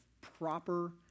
proper